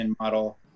model